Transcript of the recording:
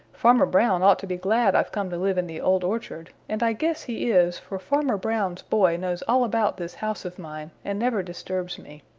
farmer brown ought to be glad i've come to live in the old orchard and i guess he is, for farmer brown's boy knows all about this house of mine and never disturbs me.